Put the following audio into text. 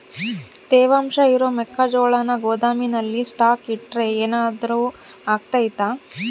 ತೇವಾಂಶ ಇರೋ ಮೆಕ್ಕೆಜೋಳನ ಗೋದಾಮಿನಲ್ಲಿ ಸ್ಟಾಕ್ ಇಟ್ರೆ ಏನಾದರೂ ಅಗ್ತೈತ?